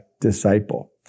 disciple